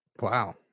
Wow